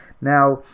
now